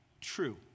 true